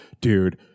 dude